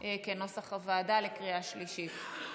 כנוסח הוועדה בקריאה שלישית.